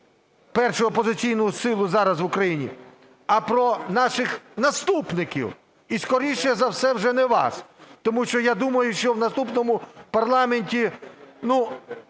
першу опозиційну силу зараз в Україні, а про наших наступників і, скоріше за все, вже не вас. Тому що я думаю, що в наступному парламенті ви